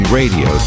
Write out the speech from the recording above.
radio